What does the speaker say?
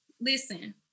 Listen